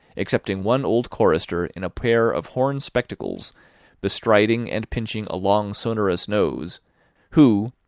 excepting one old chorister in a pair of horn spectacles bestriding and pinching a long sonorous nose who,